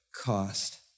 cost